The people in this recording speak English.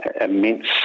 immense